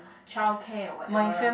childcare or whatever